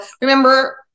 remember